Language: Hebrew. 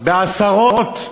בעשרות,